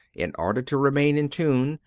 in order to remain in tune,